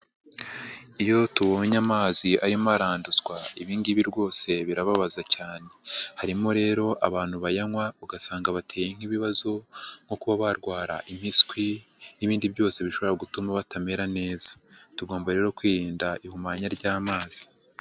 Iyo tubonye amazi arimo aranduzwa ibi ngibi rwose birababaza cyane, harimo rero abantu bayanywa ugasanga bateye nk'ibibazo nko kuba barwara impiswi n'ibindi byose bishobora gutuma batamera neza. Tugomba rero kwirinda ihumanya ry'amazi.